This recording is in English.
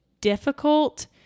difficult